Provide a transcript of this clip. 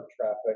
traffic